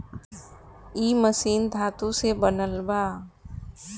इ मशीन धातु से बनल बा